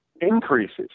increases